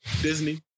Disney